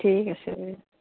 ঠিক আছে